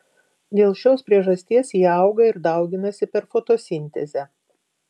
dėl šios priežasties jie auga ir dauginasi per fotosintezę